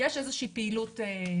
יש איזה שהיא פעילות משפחתית,